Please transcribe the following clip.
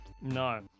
No